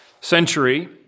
century